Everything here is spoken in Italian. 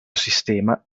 sistema